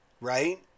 right